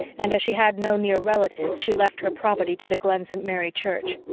and as she had no near relatives she left her property to the glen st. mary church.